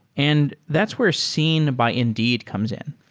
and that's where seen by indeed comes in.